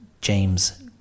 James